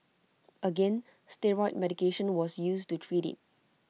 again steroid medication was used to treat IT